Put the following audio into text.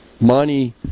Money